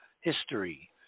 history